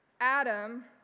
Adam